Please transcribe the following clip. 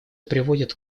приводит